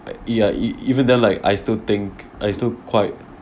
y~ ya even then like I still think I still quite